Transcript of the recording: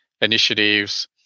initiatives